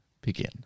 begin